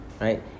Right